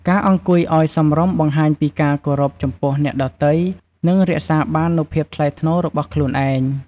ការអង្គុយឲ្យសមរម្យបង្ហាញពីការគោរពចំពោះអ្នកដទៃ និងរក្សាបាននូវភាពថ្លៃថ្នូររបស់ខ្លួនឯង។